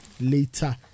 later